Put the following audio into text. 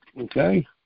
Okay